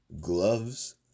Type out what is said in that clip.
gloves